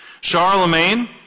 Charlemagne